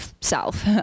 self